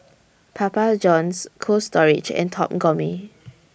Papa Johns Cold Storage and Top Gourmet